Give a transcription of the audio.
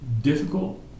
difficult